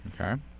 Okay